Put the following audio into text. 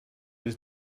was